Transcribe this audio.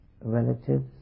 relatives